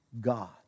God